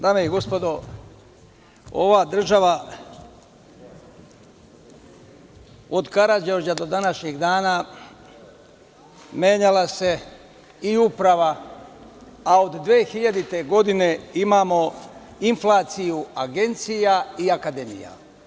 Dame i gospodo, ova država od Karađorđa do današnjeg dana, menjala se i uprava, a od 2000. godine imamo inflaciju agencija i akademija.